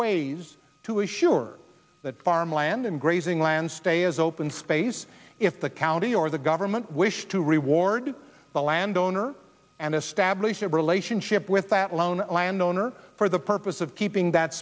ways to assure that farmland and grazing land stay is open space if the county or the government wish to reward the land owner and establish a relationship with that alone land owner for the purpose of keeping that